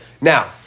Now